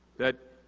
that,